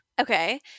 Okay